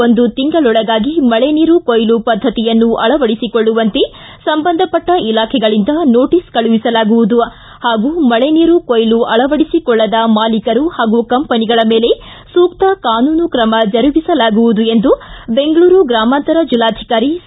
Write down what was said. ಒಂದು ತಿಂಗಳೊಳಗಾಗಿ ಮಳೆ ನೀರು ಕೊಯ್ಲು ಪದ್ದತಿಯನ್ನು ಅಳವಡಿಸಿಕೊಳ್ಳುವಂತೆ ಸಂಬಂಧಪಟ್ಟ ಇಲಾಖೆಗಳಿಂದ ನೋಟಸ್ ಕಳಿಸಲಾಗುವುದು ಹಾಗೂ ಮಳೆ ನೀರು ಕೊಯ್ಲು ಅಳವಡಿಸಿಕೊಳ್ಳದ ಮಾಲೀಕರು ಹಾಗೂ ಕಂಪನಿಗಳ ಮೇಲೆ ಸೂಕ್ತ ಕಾನೂನು ಕ್ರಮ ಜರುಗಿಸಲಾಗುವುದು ಬೆಂಗಳೂರು ಗ್ರಾಮಾಂತರ ಜೆಲ್ಲಾಧಿಕಾರಿ ಸಿ